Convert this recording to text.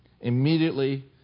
Immediately